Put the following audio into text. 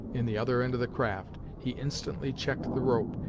in the other end of the craft, he instantly checked the rope,